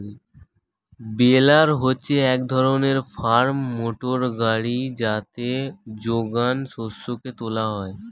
বেলার হচ্ছে এক ধরনের ফার্ম মোটর গাড়ি যাতে যোগান শস্যকে তোলা হয়